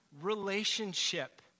Relationship